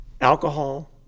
alcohol